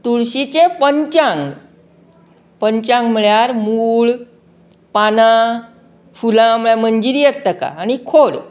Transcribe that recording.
तुळशीचे पंच्यांग पंच्यांग म्हाळ्यार मुळ पानां फुलां म्हळ्यार मंजरी येत तेका आनी खोल